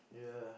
yeah